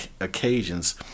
occasions